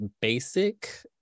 basic